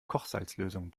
kochsalzlösung